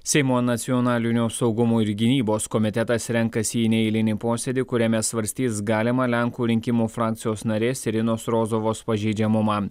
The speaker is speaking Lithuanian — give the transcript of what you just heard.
seimo nacionalinio saugumo ir gynybos komitetas renkasi į neeilinį posėdį kuriame svarstys galimą lenkų rinkimų frakcijos narės irinos rozovos pažeidžiamumą